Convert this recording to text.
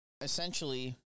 Essentially